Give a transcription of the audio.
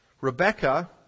Rebecca